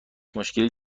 مشکلی